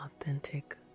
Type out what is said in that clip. authentic